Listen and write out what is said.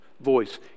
voice